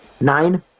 Nine